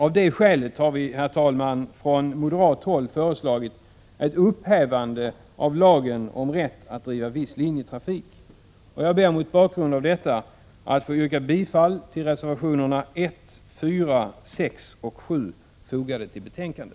Av det skälet har vi på moderat håll föreslagit ett upphävande av lagen om rätt att driva viss linjetrafik. Herr talman! Jag ber att mot bakgrund av det sagda få yrka bifall till reservationerna 1, 4, 6 och 7 fogade till detta betänkande.